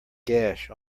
gash